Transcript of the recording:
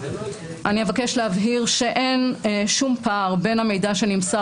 אני אבקש להבהיר שאין שום פער בין המידע שנמסר